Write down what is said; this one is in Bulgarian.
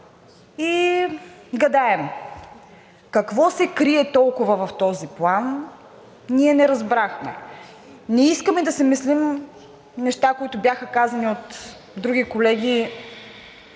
и гадаем. Какво се крие толкова в този план? Ние не разбрахме! Не искаме да си мислим неща, които бяха казани от други колеги